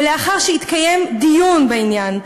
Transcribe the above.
ולאחר שהתקיים דיון בעניין,